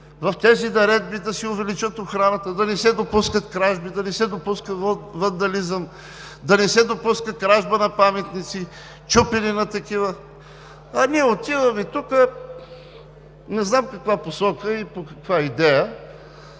в тези наредби да си увеличат охраната, да не се допускат кражби, да не се допуска вандализъм, да не се допуска кражба на паметници, чупене на такива, а ние отиваме тук не знам в каква посока и по каква идея.